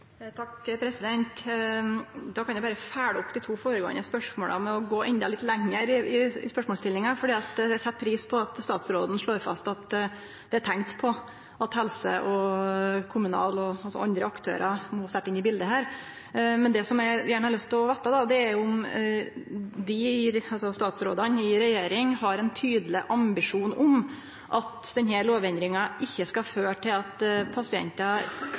kan eg følgje opp dei to føregåande spørsmåla ved å gå endå litt lenger i spørsmålsstillinga, for eg set pris på at statsråden slår fast at det er tenkt på at helse og kommunal, altså andre aktørar, må sterkt inn i bildet her. Men det eg har lyst til å vete, er jo om dei, altså statsrådane i regjeringa, har ein tydeleg ambisjon om at denne lovendringa ikkje skal føre til at pasientar